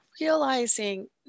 realizing